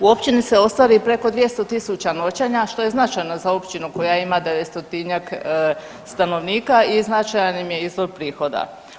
U općini se ostvari i preko 200.000 noćenja što je značajno za općinu koja ima 900-njak stanovnika i značajan im je izvor prihoda.